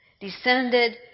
Descended